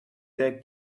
their